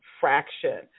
fraction